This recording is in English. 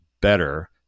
better